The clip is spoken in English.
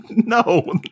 No